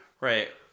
Right